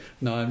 No